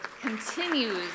continues